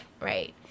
right